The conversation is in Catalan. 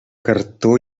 cartó